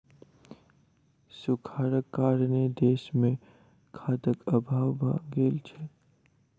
सूखाड़क कारणेँ देस मे खाद्यक अभाव भ गेल छल